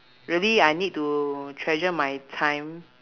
really I need to treasure my time